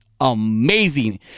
Amazing